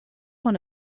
one